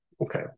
Okay